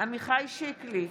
עמיחי שיקלי,